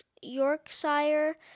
Yorkshire